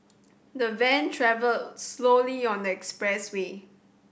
the van travelled slowly on the expressway